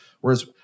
Whereas